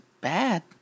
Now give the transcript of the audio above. bad